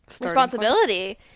responsibility